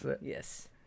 yes